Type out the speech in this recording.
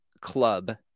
club